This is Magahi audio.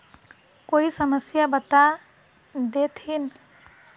कोई समस्या बता देतहिन?